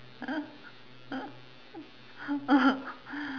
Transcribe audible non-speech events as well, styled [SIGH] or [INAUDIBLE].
[LAUGHS]